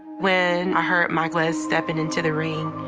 when i heard mike was stepping into the ring,